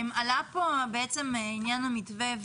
עלה פה גם עניין המתווה.